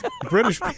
British